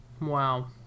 Wow